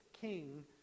king